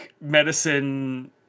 medicine